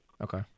Okay